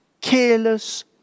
careless